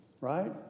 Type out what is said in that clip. Right